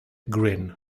grin